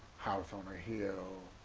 house on a hill.